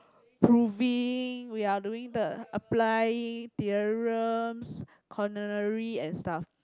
proving we are doing the apply theorems coronary and stuff